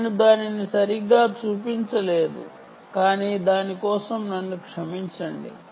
నేను దానిని సరిగ్గా చూపించలేదు దాని కోసం నన్ను క్షమించండి